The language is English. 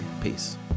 Peace